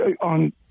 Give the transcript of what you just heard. on